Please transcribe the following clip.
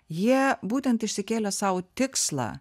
jie būtent išsikėlę sau tikslą